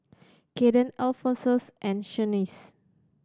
Kaden Alphonsus and Shanice